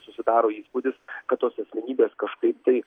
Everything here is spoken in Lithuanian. susidaro įspūdis kad tos asmenybės kažkaip tai